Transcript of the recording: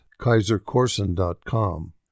kaisercorson.com